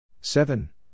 seven